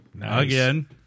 Again